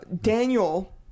daniel